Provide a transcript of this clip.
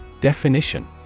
Definition